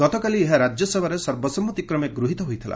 ଗତକାଲି ଏହା ରାଜ୍ୟସଭାରେ ସର୍ବସମ୍ମତିକ୍ରମେ ଗୃହୀତ ହୋଇଥିଲା